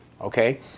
okay